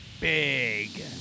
Big